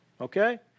Okay